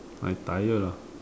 I tired lah